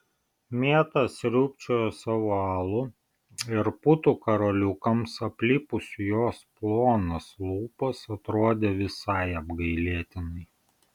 mėta sriubčiojo savo alų ir putų karoliukams aplipus jos plonas lūpas atrodė visai apgailėtinai